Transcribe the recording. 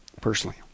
personally